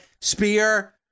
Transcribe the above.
Spear